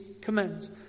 commends